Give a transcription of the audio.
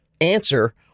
answer